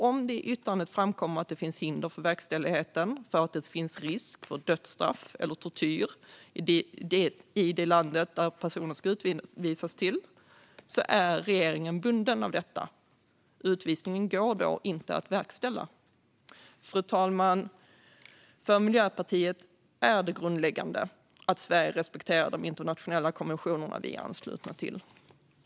Om det i yttrandet framkommer att det finns hinder för verkställigheten för att det finns risk för dödsstraff eller tortyr i det land dit personen ska utvisas är regeringen bunden av detta. Utvisningen går då inte att verkställa. Fru talman! För Miljöpartiet är det grundläggande att Sverige respekterar de internationella konventioner vi är anslutna till.